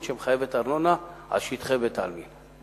שמחייבת ארנונה על שטחי בית-העלמין.